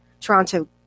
Toronto